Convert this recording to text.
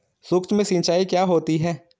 सुक्ष्म सिंचाई क्या होती है?